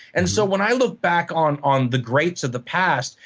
and so when i look back on on the greats of the past,